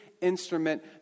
instrument